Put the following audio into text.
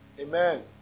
Amen